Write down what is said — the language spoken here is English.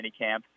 Minicamp